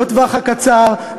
לטווח הקצר,